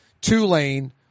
Tulane